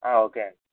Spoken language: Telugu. ఓకే అండి